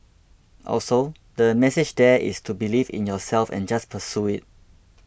also the message there is to believe in yourself and just pursue it